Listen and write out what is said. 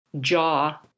jaw